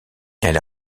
elle